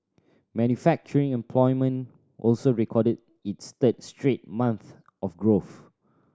manufacturing employment also recorded its third straight month of growth